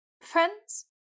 Friends